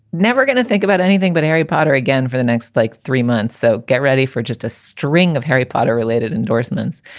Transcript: never gonna think about anything but harry potter again for the next like three months so get ready for just a string of harry potter related endorsements.